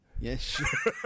Yes